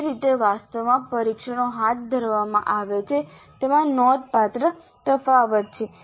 જે રીતે વાસ્તવમાં પરીક્ષણો હાથ ધરવામાં આવે છે તેમાં નોંધપાત્ર તફાવત છે